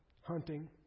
Hunting